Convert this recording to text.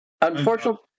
Unfortunately